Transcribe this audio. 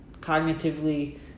cognitively